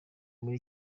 muri